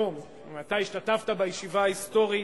היום, אתה השתתפת בישיבה ההיסטורית.